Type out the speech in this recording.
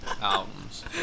albums